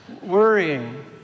Worrying